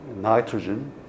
nitrogen